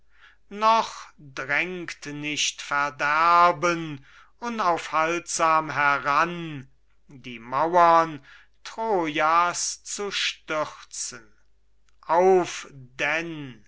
noch drängt nicht verderben unaufhaltsam heran die mauern trojas zu stürzen auf